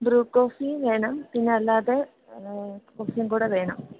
Bru കോഫിയും വേണം പിന്നെ അല്ലാതെ കോഫിയും കൂടി വേണം